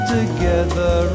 Together